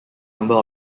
number